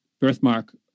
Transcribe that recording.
birthmark